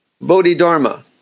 Bodhidharma